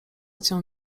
cię